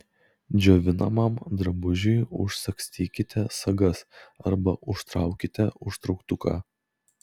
džiovinamam drabužiui užsagstykite sagas arba užtraukite užtrauktuką